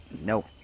No